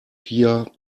pia